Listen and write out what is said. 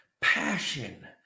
passion